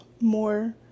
more